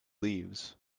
leaves